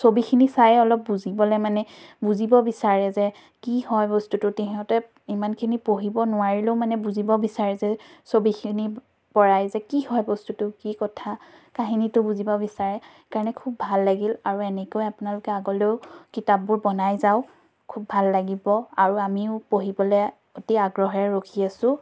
ছবিখিনি চাইয়ে অলপ বুজিবলৈ মানে বুজিব বিচাৰে যে কি হয় বস্তুটো সিহঁতে ইমানখিনি পঢ়িব নোৱাৰিলেও মানে বুজিব বিচাৰে যে ছবিখিনি পৰাই যে কি হয় বস্তুটো কি কথা কাহিনীতো বুজিব বিচাৰে সেইকাৰণে খুব ভাল লাগিল আৰু এনেকৈয়ে আপোনালোকে আগলৈও কিতাপবোৰ বনাই যাওক খুব ভাল লাগিব আৰু আমিও পঢ়িবলৈ অতি আগ্ৰহেৰে ৰখি আছোঁ